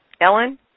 Ellen